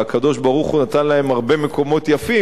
והקדוש-ברוך-הוא נתן להם הרבה מקומות יפים.